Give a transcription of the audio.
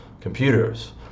computers